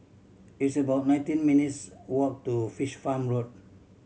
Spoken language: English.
it's about nineteen minutes' walk to Fish Farm Road